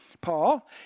Paul